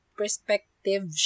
perspective